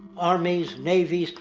armies, navies,